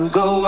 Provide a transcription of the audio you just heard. go